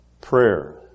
prayer